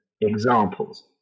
examples